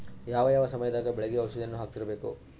ಯಾವ ಯಾವ ಸಮಯದಾಗ ಬೆಳೆಗೆ ಔಷಧಿಯನ್ನು ಹಾಕ್ತಿರಬೇಕು?